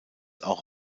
auch